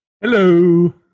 Hello